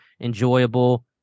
enjoyable